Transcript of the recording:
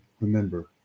Remember